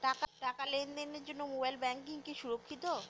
টাকা লেনদেনের জন্য মোবাইল ব্যাঙ্কিং কি সুরক্ষিত?